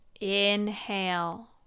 Inhale